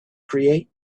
create